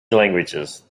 languages